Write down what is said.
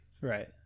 Right